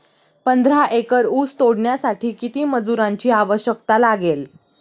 पंधरा एकर ऊस तोडण्यासाठी किती मजुरांची आवश्यकता लागेल?